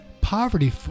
poverty